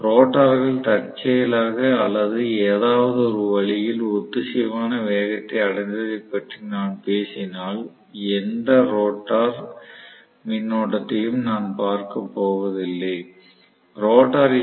ரோட்டர்கள் தற்செயலாக அல்லது எதாவது ஒரு வழியில் ஒத்திசைவான வேகத்தை அடைந்ததைப் பற்றி நான் பேசினால் எந்த ரோட்டார் மின்னோட்டத்தையும் நான் பார்க்கப்போவதில்லை ரோட்டார் ஈ